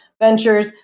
ventures